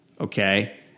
Okay